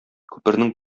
күпернең